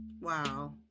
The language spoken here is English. Wow